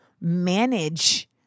manage